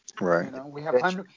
Right